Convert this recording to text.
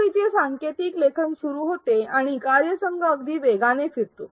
सामग्रीचे सांकेतिक लेखन सुरू होते आणि कार्यसंघ अगदी वेगाने फिरतो